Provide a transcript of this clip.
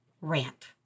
Rant